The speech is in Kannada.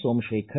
ಸೋಮಶೇಖರ್